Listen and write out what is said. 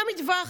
למטווח,